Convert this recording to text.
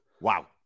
Wow